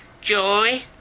joy